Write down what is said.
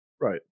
Right